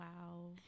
Wow